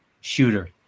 shooter